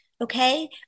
okay